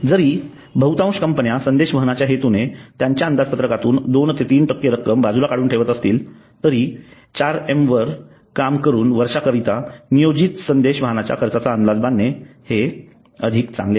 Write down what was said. जरी बहुतांश कंपन्या संदेश वहनाच्या हेतूने त्यांच्या अंदाजपत्रकातून २ ते ३ टक्के रक्कम बाजूला काढून ठेवत असतात तरी वरील चार एम वर काम करून वर्षाकरिता नियोजित संदेश वाहनाच्या खर्चाचा अंदाज बांधणे हे अधिक चांगले आहे